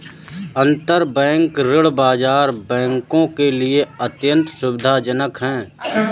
अंतरबैंक ऋण बाजार बैंकों के लिए अत्यंत सुविधाजनक है